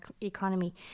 economy